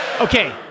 okay